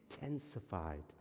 intensified